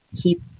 keep